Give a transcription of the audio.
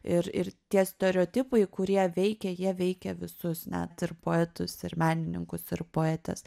ir ir tie stereotipai kurie veikia jie veikia visus net ir poetus ir menininkus ir poetes